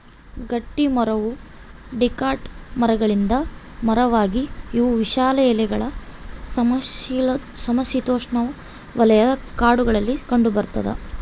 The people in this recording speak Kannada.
ಗಟ್ಟಿಮರವು ಡಿಕಾಟ್ ಮರಗಳಿಂದ ಮರವಾಗಿದೆ ಇವು ವಿಶಾಲ ಎಲೆಗಳ ಸಮಶೀತೋಷ್ಣಉಷ್ಣವಲಯ ಕಾಡುಗಳಲ್ಲಿ ಕಂಡುಬರ್ತದ